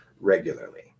regularly